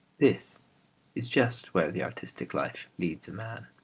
this is just where the artistic life leads a man